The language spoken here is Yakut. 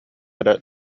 эрэ